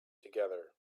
together